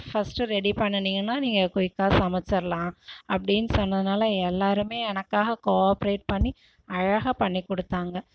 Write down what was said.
first ready பண்ணுனிங்கன்னா நீங்கள் குயிக்கா சமச்சிடலாம் அப்படின் சொன்னதுனால் எல்லாருமே எனக்காக கோவாப்ரெட் பண்ணி அழகாக பண்ணி கொடுத்தாங்க